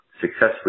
successfully